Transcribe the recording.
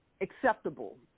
acceptable